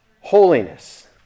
Holiness